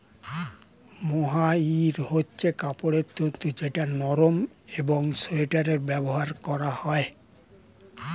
mohair হচ্ছে কাপড়ের তন্তু যেটা নরম একং সোয়াটারে ব্যবহার করা হয়